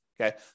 Okay